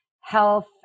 health